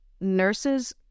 Nurses